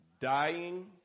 Dying